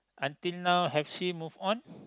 until now has she move on